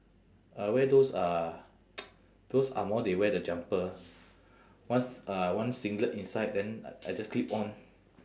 I wear those uh those angmoh they wear the jumper one s~ uh one singlet inside then I just clip on